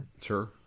Sure